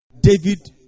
David